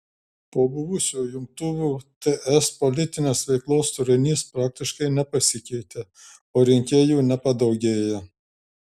po buvusių jungtuvių ts politinės veiklos turinys praktiškai nepasikeitė o rinkėjų nepadaugėjo